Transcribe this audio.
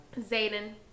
Zayden